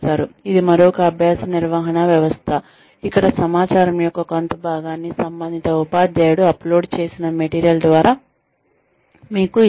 ఇది మరొక అభ్యాస నిర్వహణ వ్యవస్థ ఇక్కడ సమాచారం యొక్క కొంత భాగాన్ని సంబంధిత ఉపాధ్యాయుడు అప్లోడ్ చేసిన మెటీరియల్ ద్వారా మీకు ఇస్తారు